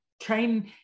train